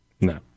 No